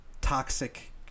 toxic